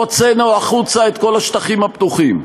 הוצאנו החוצה את כל השטחים הפתוחים.